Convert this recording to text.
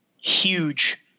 huge –